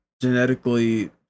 genetically